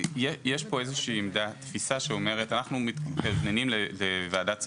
פה איזושהי תפיסה שאומרת שאנחנו מתכווננים לוועדת צדוק.